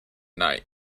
night